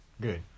Good